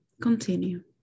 continue